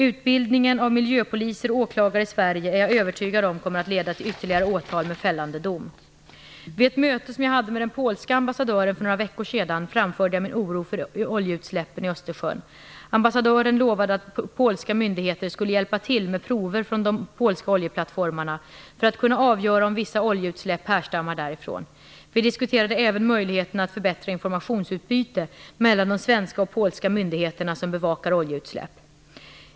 Utbildningen av "miljö"-poliser och - åklagare i Sverige kommer - det är jag övertygad om - att leda till ytterligare åtal med fällande dom. Vid ett möte som jag hade med den polska ambassadören för några veckor sedan framförde jag min oro för oljeutsläppen i Östersjön. Ambassadören lovade att polska myndigheter skulle hjälpa till med prover från de polska oljeplattformarna för att man skall kunna avgöra om vissa oljeutsläpp härstammar därifrån. Vi diskuterade även möjligheterna att förbättra informationsutbytet mellan de svenska och polska myndigheterna som bevakar oljeutsläpp.